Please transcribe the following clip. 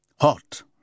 Hot